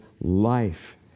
life